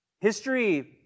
History